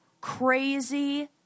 Crazy